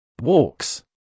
Walks